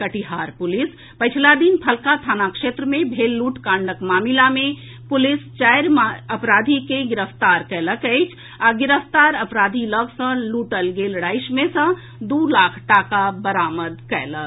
Katihar police पछिला दिन फलका थाना क्षेत्र मे भेल लूटकांडक मामिला मे पुलिस चारि अपराधी के गिरफ्तार कयलक अछि आ गिरफ्तार अपराधी लऽग सँ लूटल गेल राशि मे सँ दू लाख टाका बरामद कयलक